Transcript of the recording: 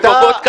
-- שפוגעות,